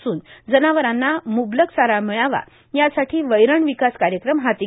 असून जनावरांना मूबलक चारा ामळावा यासाठा वैरण ावकास कायक्रम हाती